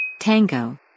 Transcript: Tango